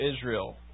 Israel